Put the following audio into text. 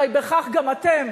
הרי בכך גם אתם